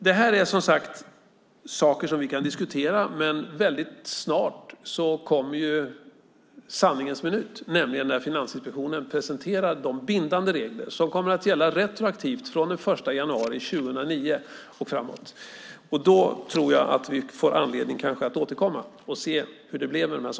Det här är som sagt saker som vi kan diskutera, men väldigt snart kommer sanningens minut när Finansinspektionen presenterar de bindande regler som kommer att gälla retroaktivt från den 1 januari 2009 och framåt. Vi får kanske anledning att återkomma och se hur det blev.